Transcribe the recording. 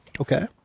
Okay